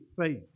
faith